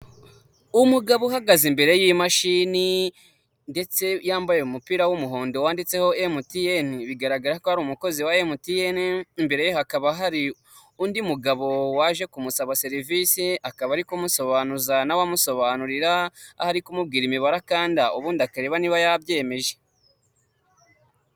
Umugabo uhagaze imbere y'imashini, ndetse yambaye umupira w'umuhondo wanditseho emutiyene. Bigaragara ko ari umukozi emutiyene, imbere ye hakaba hari undi mugabo waje kumusaba serivisi, akaba ari kumusobanuza nawe amusobanurira, aho ari kumubwira imibare akanda ubundi akareba niba yabyemeje.